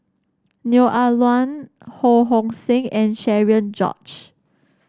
Neo Ah Luan Ho Hong Sing and Cherian George